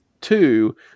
Two